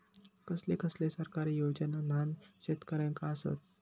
कसले कसले सरकारी योजना न्हान शेतकऱ्यांना आसत?